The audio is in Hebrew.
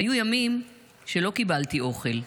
היו ימים שלא קיבלתי אוכל.